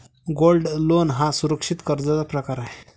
gold loan हा सुरक्षित कर्जाचा प्रकार आहे